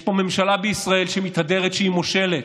יש פה ממשלה בישראל שמתהדרת שהיא מושלת.